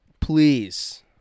Please